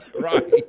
Right